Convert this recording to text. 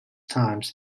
times